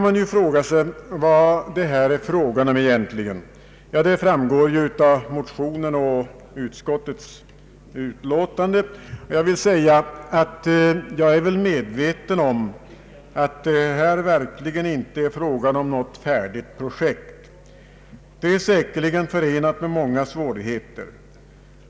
Man kan fråga sig vad det här egentligen gäller. Detta framgår av motionen och utskottets utlåtande, och jag vill säga att jag är väl medveten om att det här verkligen inte är fråga om något färdigt projekt. Det är säkerligen förenat med många svårigheter.